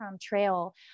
trail